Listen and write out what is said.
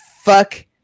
fuck